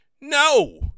No